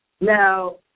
Now